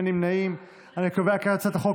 הוראת שעה),